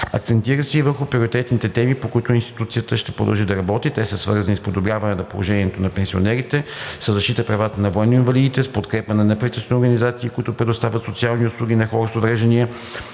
Акцентира се и върху приоритетните теми, по които институцията ще продължи да работи. Те са свързани с подобряване на положението на пенсионерите, със защита правата на военноинвалидите, с подкрепа на неправителствените организации, които предоставят социални услуги на хора с увреждания,